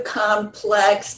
complex